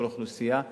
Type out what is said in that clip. בכל האוכלוסיות,